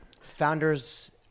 founders